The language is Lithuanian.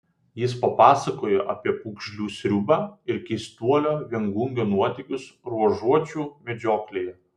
jis papasakojo apie pūgžlių sriubą ir keistuolio viengungio nuotykius ruožuočių medžioklėje